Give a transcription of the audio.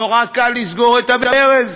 נורא קל לסגור את הברז.